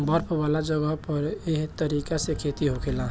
बर्फ वाला जगह पर एह तरीका से खेती होखेला